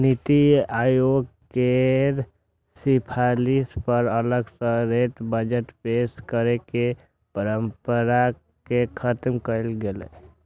नीति आयोग केर सिफारिश पर अलग सं रेल बजट पेश करै के परंपरा कें खत्म कैल गेलै